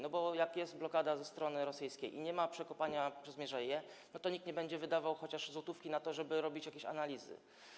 No bo jak jest blokada ze strony rosyjskiej i nie ma przekopania przez mierzeję, to nikt nie będzie wydawał nawet złotówki na to, żeby robić jakieś analizy.